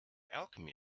alchemy